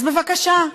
אז בבקשה,